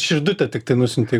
širdutę tiktai nusiunti